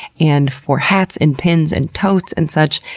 and for hats, and pins, and totes, and such,